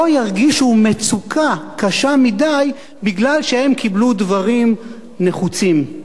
ירגישו מצוקה קשה מדי מפני שהם קיבלו דברים נחוצים.